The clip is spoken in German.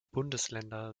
bundesländer